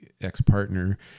ex-partner